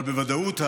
אבל בוודאות,